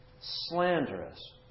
slanderous